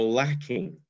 lacking